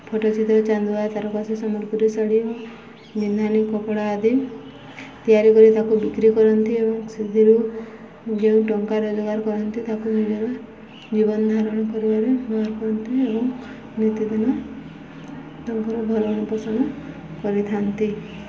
ପଟ୍ଟଚିତ୍ର ଚାନ୍ଦୁଆ ତାରକାସି ସମ୍ବଲପୁରୀ ଶାଢ଼ୀ ଓ ବିନ୍ଧାନୀ କପଡ଼ା ଆଦି ତିଆରି କରି ତାକୁ ବିକ୍ରି କରନ୍ତି ଏବଂ ସେିଥିରୁ ଯେଉଁ ଟଙ୍କା ରୋଜଗାର କରନ୍ତି ତାକୁ ନିଜର ଜୀବନ ଧାରଣ କରିବାରେ ବ୍ୟହାର କରନ୍ତି ଏବଂ ନିତିଦିନ ତାଙ୍କର ଭରଣପୋଷଣ କରିଥାନ୍ତି